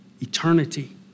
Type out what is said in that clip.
Eternity